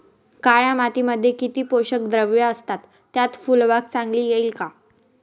काळ्या मातीमध्ये किती पोषक द्रव्ये असतात, त्यात फुलबाग चांगली येईल का?